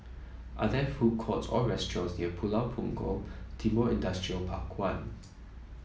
are there food courts or restaurants near Pulau Punggol Timor Industrial Park One